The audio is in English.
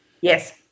Yes